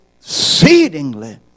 exceedingly